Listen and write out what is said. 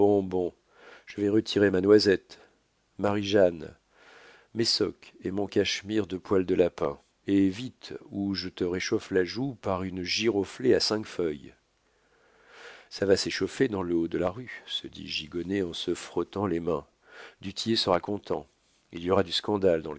je vais retirer ma noisette marie-jeanne mes socques et mon cachemire de poil de lapin et vite ou je te réchauffe la joue par une giroflée à cinq feuilles ça va s'échauffer dans le haut de la rue se dit gigonnet en se frottant les mains du tillet sera content il y aura du scandale